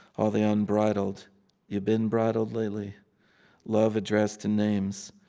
all the unbridled you been bridled lately love addressed to names.